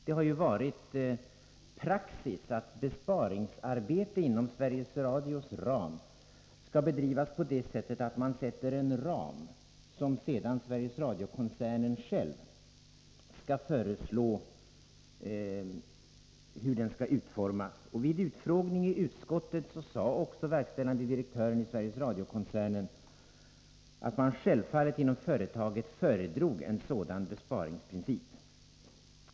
Det har ju varit praxis att besparingsarbete inom Sveriges Radio skall bedrivas på det sättet att man anger en ram, inom vilken sedan Sveriges Radio-koncernen själv föreslår former för verksamheten. Vid utfrågning i utskottet sade också verkställande direktören i Sveriges Radio-koncernen att man inom företaget självfallet föredrog en sådan besparingsprincip.